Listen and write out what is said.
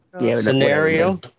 scenario